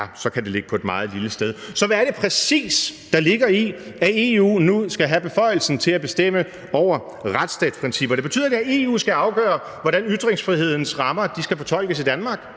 Så hvad er det præcis, der ligger i, at EU nu skal have beføjelsen til at bestemme over retsstatsprincipperne? Betyder det, at EU skal afgøre, hvordan ytringsfrihedens rammer skal fortolkes i Danmark?